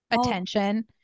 attention